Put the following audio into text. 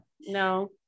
No